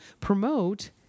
promote